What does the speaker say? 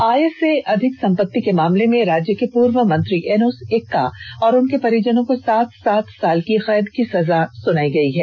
आय से अधिक संपत्ति के मामले में राज्य के पूर्व मंत्री एनोस एक्का और उनके परिजनों को सात सात साल की कैद की सजा सुनायी गयी है